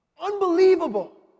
Unbelievable